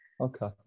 Okay